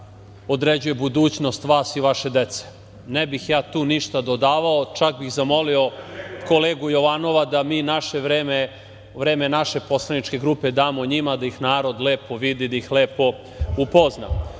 da određuje budućnost vas i vaše dece. Ne bih ja tu ništa dodavao, čak bih zamolio kolegu Jovanova da mi naše vreme, vreme naše poslaničke grupe damo njima, da ih narod lepo vidi, da ih lepo upozna. Kažu